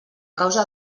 causa